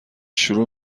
شروع